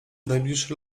najbliższy